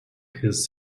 his